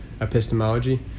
epistemology